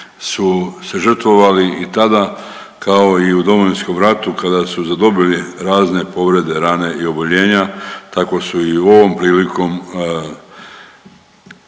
su se žrtvovali i tada kao i u Domovinskom ratu kada su zadobili razne povrede, rane i oboljenja tako su i u ovom prilikom